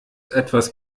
etwas